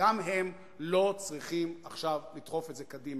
גם הם לא צריכים לדחוף את זה עכשיו קדימה.